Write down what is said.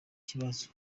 kibazo